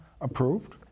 approved